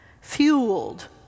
fueled